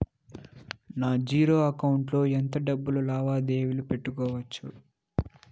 నా zero account లో ఎంత డబ్బులు లావాదేవీలు పెట్టుకోవచ్చు?